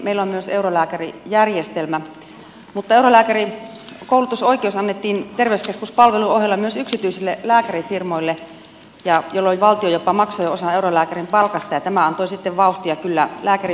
meillä on myös eurolääkärijärjestelmä mutta eurolääkärikoulutusoikeus annettiin terveyskeskuspalvelun ohella myös yksityisille lääkärifirmoille jolloin valtio jopa maksoi osan eurolääkärin palkasta ja tämä antoi sitten kyllä vauhtia lääkäribisnekselle